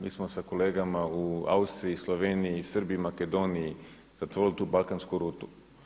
Mi smo sa kolegama u Austriji, Sloveniji, Srbiji, Makedoniji zatvorili tu balkansku rutu.